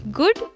good